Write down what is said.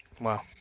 Wow